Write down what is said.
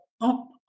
up